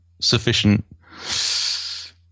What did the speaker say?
sufficient